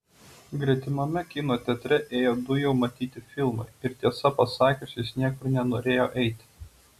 gretimame kino teatre ėjo du jau matyti filmai ir tiesą pasakius jis niekur nenorėjo eiti